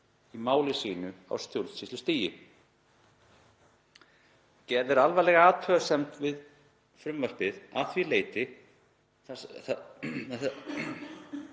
í máli sínu á stjórnsýslustigi. Gerð er alvarleg athugasemd við frumvarpið að þessu leyti þar